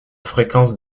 fréquence